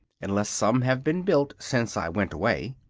unless some have been built since i went away.